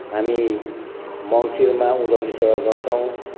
हामी मङ्सिरमा उँधौली सेवा गर्छौँ